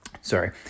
sorry